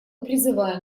призываем